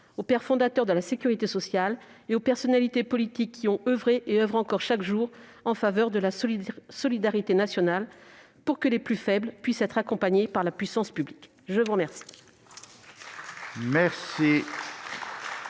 aux pères fondateurs de la sécurité sociale et aux personnalités politiques qui ont oeuvré et oeuvrent encore chaque jour en faveur de la solidarité nationale, pour que les plus faibles puissent être accompagnés par la puissance publique. La parole